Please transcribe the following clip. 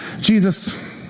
Jesus